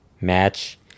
match